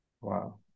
Wow